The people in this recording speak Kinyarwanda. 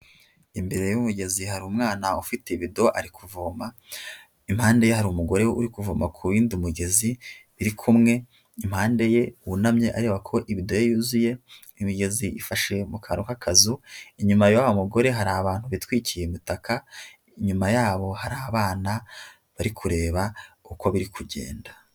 Imbere y'umugezi hari umwana ufite ibido ari kuvoma, impande ye hari umugore uri kuvoma ku wundi mugezi biri kumwe impande ye wunamye areba ko ibida ye yuzuye, imigezi ifashe mu kantu k'akazu, inyuma ya wa mugore hari abantu bitwikiye imitaka, inyuma yabo hari abana bari kureba uko biri kugenda.